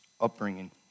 upbringing